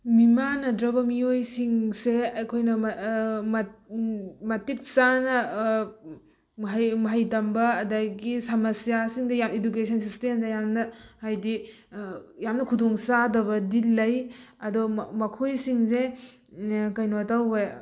ꯃꯤꯃꯥꯟꯅꯗ꯭ꯔꯕ ꯃꯤꯑꯣꯏꯁꯤꯡꯁꯦ ꯑꯩꯈꯣꯏꯅ ꯃꯇꯤꯛ ꯆꯥꯅ ꯃꯍꯩ ꯃꯍꯩ ꯇꯝꯕ ꯑꯗꯒꯤ ꯁꯃꯁ꯭ꯌꯥꯁꯤꯡꯗ ꯌꯥꯝ ꯏꯗꯨꯀꯦꯁꯟ ꯁꯤꯁꯇꯦꯝꯗ ꯌꯥꯝꯅ ꯍꯥꯏꯗꯤ ꯌꯥꯝꯅ ꯈꯨꯗꯣꯡꯆꯥꯗꯕꯗꯤ ꯂꯩ ꯑꯗꯣ ꯃꯈꯣꯏꯁꯤꯡꯁꯦ ꯀꯩꯅꯣ ꯇꯧꯋꯦ